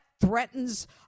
threatens